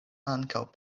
ankaŭ